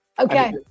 Okay